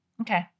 Okay